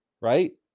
right